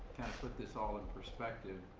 put this all in perspective